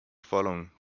following